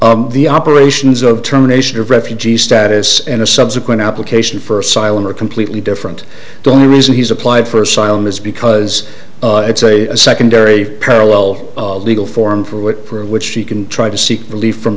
the operations of terminations of refugee status and a subsequent application for asylum are completely different the only reason he's applied for asylum is because it's a secondary parallel legal form for what for which he can try to seek relief from